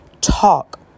talk